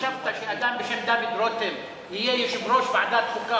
חשבת שאדם בשם דוד רותם יהיה יושב-ראש ועדת חוקה,